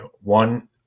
one